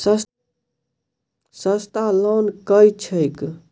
सस्ता लोन केँ छैक